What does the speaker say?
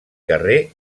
carrer